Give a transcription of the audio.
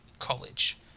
college